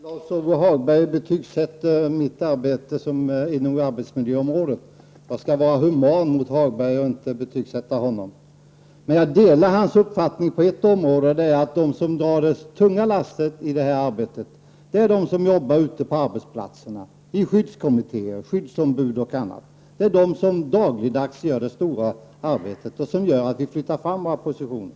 Herr talman! Lars-Ove Hagberg betygsätter mitt arbete inom arbetsmiljöområdet. Jag skall vara human mot Hagberg och inte betygsätta honom. Jag delar hans uppfattning att det är de som jobbar ute på arbetsplatserna -- i skyddskommittéer, som skyddsombud och annat -- som drar det tunga lasset i det här sammanhanget. Det är de som dagligdags utför det stora arbetet och som gör att vi flyttar fram våra positioner.